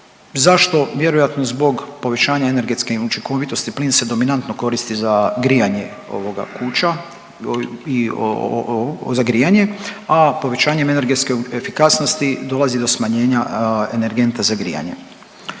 Zašto? Vjerojatno zbog povećanja energetske učinkovitosti plin se dominantno koristi za grijanje kuća, za grijanje a povećanjem energetske efikasnosti dolazi do smanjenja energenta za grijanje.